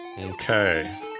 Okay